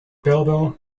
belleville